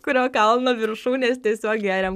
kurio kalno viršūnės tiesiog geriam